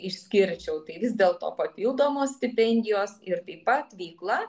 išskirčiau tai vis dėl to papildomos stipendijos ir taip pat veikla